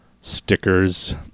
stickers